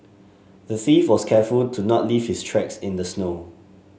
the thief was careful to not leave his tracks in the snow